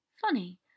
funny